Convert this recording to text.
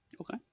okay